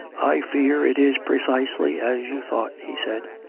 i fear it is precisely as you thought, he said.